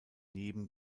neben